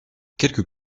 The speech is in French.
quelques